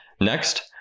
Next